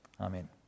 Amen